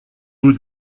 vous